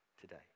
today